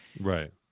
Right